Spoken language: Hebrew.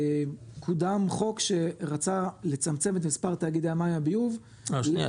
קודם חוק שרצה לצמצם את מספר תאגידי המים והביוב -- שנייה,